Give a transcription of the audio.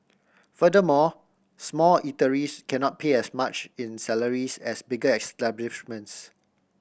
furthermore small eateries cannot pay as much in salaries as bigger establishments